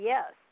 Yes